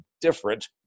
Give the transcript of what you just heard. different